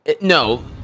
no